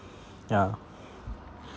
yeah